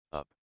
up